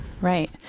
Right